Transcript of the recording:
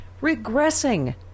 regressing